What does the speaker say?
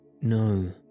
No